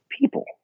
people